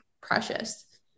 precious